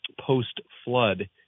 post-flood